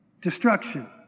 destruction